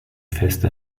feste